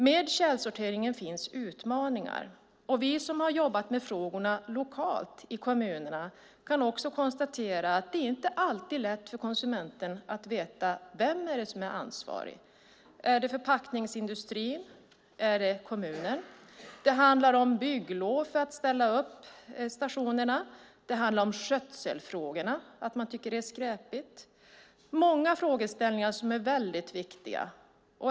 Med källsorteringen uppstår utmaningar, och vi som jobbat med frågorna lokalt i kommunerna kan konstatera att det inte alltid är lätt för konsumenten att veta vem som är ansvarig, om det är förpackningsindustrin eller kommunen. Det handlar om bygglov, för att ställa upp stationerna, och om skötselfrågor, för att det är skräpigt. Det finns många viktiga frågeställningar.